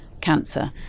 cancer